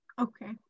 Okay